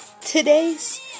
today's